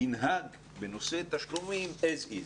ינהג בנושא תשלומים as-is.